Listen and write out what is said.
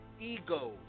egos